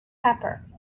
pepper